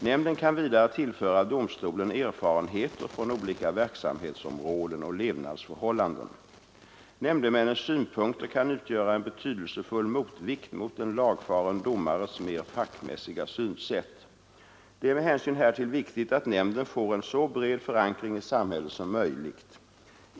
Nämnden kan vidare tillföra domstolen erfarenheter från olika verksamhetsområden och levnadsförhållanden. Nämndemännens synpunkter kan utgöra en betydelsefull motvikt mot en lagfaren domares mer fackmässiga synsätt. Det är med hänsyn härtill viktigt att nämnden får en så bred förankring i samhället som möjligt.